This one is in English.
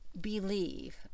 believe